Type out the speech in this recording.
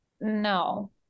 no